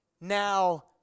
Now